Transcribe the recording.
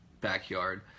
backyard